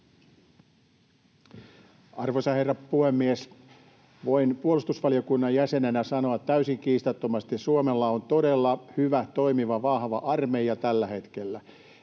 Arvoisa herra puhemies! Voin puolustusvaliokunnan jäsenenä sanoa täysin kiistattomasti: Suomella on todella hyvä, toimiva, vahva armeija tällä hetkellä.